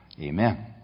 Amen